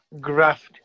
graft